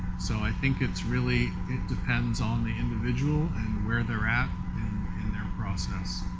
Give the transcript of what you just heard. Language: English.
so i think it's really it depends on the individual and where they're at in their process.